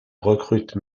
recrute